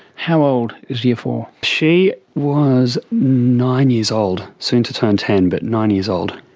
how old is year four? she was nine years old, soon to turn ten, but nine years old.